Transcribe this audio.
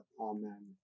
amen